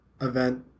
event